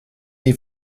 die